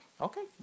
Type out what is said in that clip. Okay